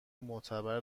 معتبر